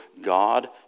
God